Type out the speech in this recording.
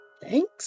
Thanks